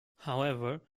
however